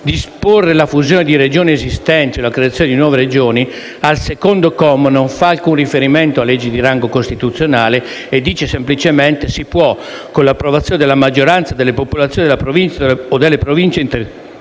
disporre la fusione di Regioni esistenti o la creazione di nuove Regioni», al secondo comma non fa alcun riferimento a leggi di rango costituzionale e dice semplicemente che «Si può, con l'approvazione della maggioranza delle popolazioni della Provincia o delle Province interessate